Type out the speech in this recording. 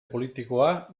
politikoa